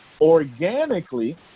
organically